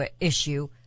issue